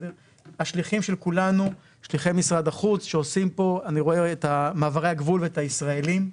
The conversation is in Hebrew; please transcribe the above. אני רואה את מעברי הגבול ואת הישראלים.